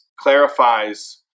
clarifies